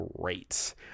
great